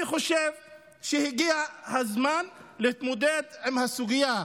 אני חושב שהגיע הזמן להתמודד עם הסוגיה.